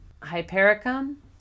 Hypericum